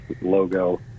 logo